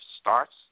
starts